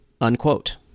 Unquote